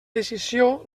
decisió